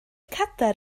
cadair